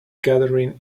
gathering